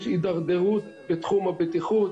יש הידרדרות בתחום הבטיחות,